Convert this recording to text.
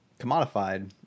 commodified